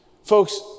Folks